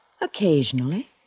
Occasionally